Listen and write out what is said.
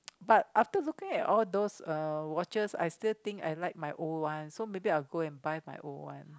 but after looking at all those uh watches I still think I like my old one so maybe I will go and buy my old one